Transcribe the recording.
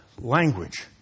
language